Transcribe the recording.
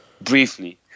briefly